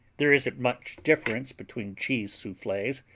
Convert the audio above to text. there isn't much difference between cheese souffles,